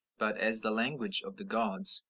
but as the language of the gods.